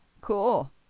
Cool